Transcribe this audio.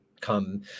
come